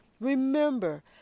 Remember